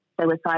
suicide